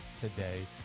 today